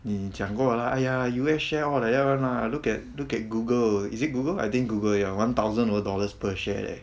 你讲过啦 !aiya! U_S all like that one lah look at google is it google I think google ya one thousand over dollar per share